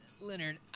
Leonard